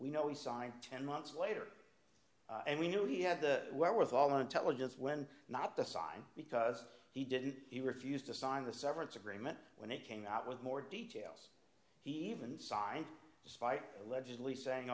we know he signed ten months later and we knew he had the wherewithal the intelligence when not to sign because he didn't he refused to sign the severance agreement when it came out with more details he even signed despite allegedly saying